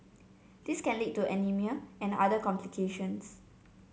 this can lead to anaemia and other complications